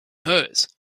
hers